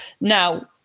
Now